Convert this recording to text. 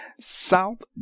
South